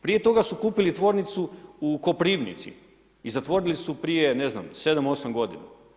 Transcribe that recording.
Prije toga su kupili tvornicu u Koprivnici i zatvori li su prije, ne znam, 7-8 godina.